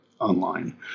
online